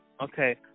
Okay